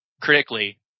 critically